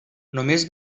només